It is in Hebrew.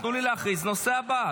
תנו לי להכריז על הנושא הבא,